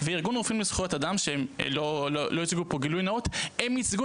וארגון רופאים לזכויות אדם שלא הציגו פה גילוי נאות ייצגו